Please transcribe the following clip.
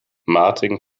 martin